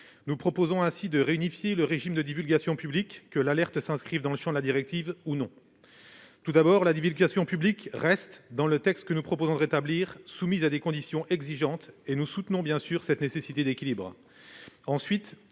Nous proposons ainsi de réunifier le régime de divulgation publique, que l'alerte s'inscrive dans le champ de la directive ou non. Tout d'abord, dans la rédaction proposée par nos soins, la divulgation publique reste soumise à des conditions exigeantes, et nous soutenons bien sûr cette nécessité d'équilibre. Ensuite,